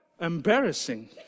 embarrassing